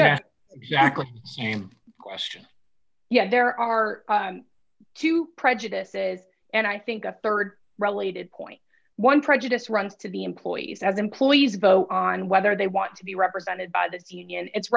was exactly question yet there are two prejudices and i think a rd related point one prejudice runs to the employees as employees vote on whether they want to be represented by the union it's